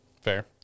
Fair